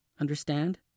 understand